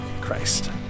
Christ